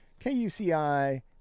KUCI